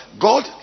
God